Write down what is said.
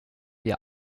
wir